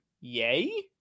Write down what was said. yay